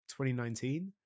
2019